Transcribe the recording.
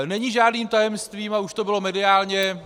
Není žádným tajemstvím, a už to bylo mediálně...